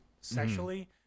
sexually